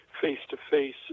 face-to-face